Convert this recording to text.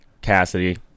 Cassidy